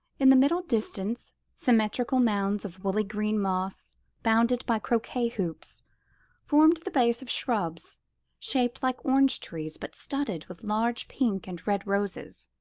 in the middle distance symmetrical mounds of woolly green moss bounded by croquet hoops formed the base of shrubs shaped like orange-trees but studded with large pink and red roses.